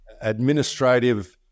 administrative